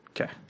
Okay